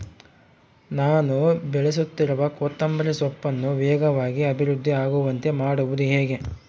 ನಾನು ಬೆಳೆಸುತ್ತಿರುವ ಕೊತ್ತಂಬರಿ ಸೊಪ್ಪನ್ನು ವೇಗವಾಗಿ ಅಭಿವೃದ್ಧಿ ಆಗುವಂತೆ ಮಾಡುವುದು ಹೇಗೆ?